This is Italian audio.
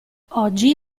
oggi